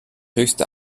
höchste